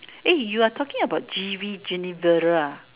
eh you are talking about G V ginigerah